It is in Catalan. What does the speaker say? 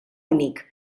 únic